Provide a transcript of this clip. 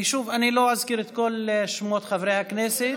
שוב, אני לא אזכיר את שמות כל חברי הכנסת.